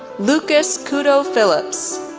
lucas couto phillips,